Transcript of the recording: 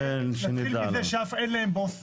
נתחיל מזה שאין להם בוס.